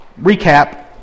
recap